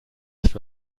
erst